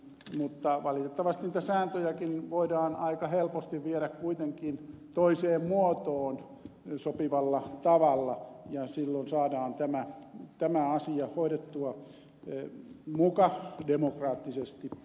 mutta valitettavasti niitä sääntöjäkin voidaan aika helposti viedä kuitenkin toiseen muotoon sopivalla tavalla ja silloin saadaan tämä asia hoidettua muka demokraattisesti